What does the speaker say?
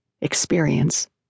experience